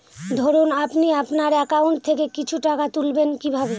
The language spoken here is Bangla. ধরুন আপনি আপনার একাউন্ট থেকে কিছু টাকা তুলবেন কিভাবে?